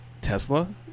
Tesla